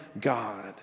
God